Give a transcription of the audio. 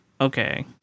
Okay